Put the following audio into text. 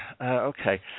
Okay